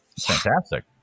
Fantastic